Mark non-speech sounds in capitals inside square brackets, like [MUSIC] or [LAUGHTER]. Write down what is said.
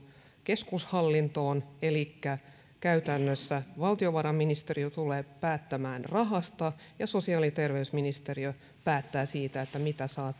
keskushallintoon elikkä käytännössä valtiovarainministeriö tulee päättämään rahasta ja sosiaali ja terveysministeriö päättää siitä mitä saa [UNINTELLIGIBLE]